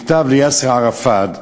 מכתב ליאסר ערפאת.